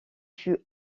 fut